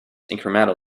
incremental